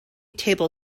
table